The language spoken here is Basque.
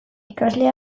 ikasle